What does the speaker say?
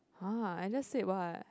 !huh! I just said what